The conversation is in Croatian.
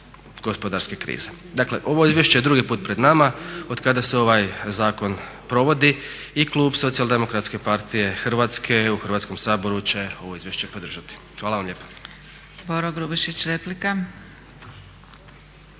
gospodarske krize. Dakle ovo izvješće je drugi put pred nama od kada se ovaj zakon provodi i klub Socijaldemokratske partije Hrvatske u Hrvatskom saboru će ovo izvješće podržati. Hvala vam lijepa.